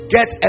Get